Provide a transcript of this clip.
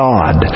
God